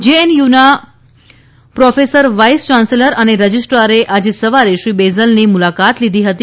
જેએનયુના pro vice chancellor અને રજીસ્ટ્રારે આજે સવારે શ્રી બૈજલની મુલાકાત લીધી હતી